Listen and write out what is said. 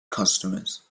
customers